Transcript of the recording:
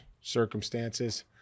circumstances